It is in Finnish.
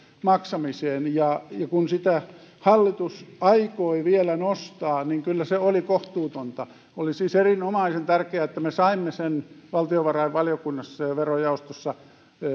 maksamiseen kun sitä hallitus aikoi vielä nostaa niin kyllä se oli kohtuutonta oli siis erinomaisen tärkeää että me saimme sen valtiovarainvaliokunnassa ja verojaostossa